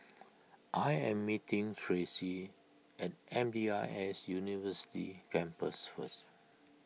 I am meeting Tracey at M D I S University Campus first